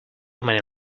many